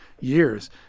Years